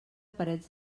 parets